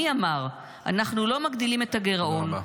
מי אמר: "אנחנו לא מגדילים את הגירעון --" תודה רבה.